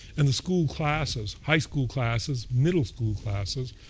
and the school classes, high school classes, middle school classes,